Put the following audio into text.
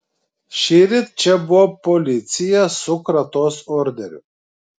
šįryt čia buvo policija su kratos orderiu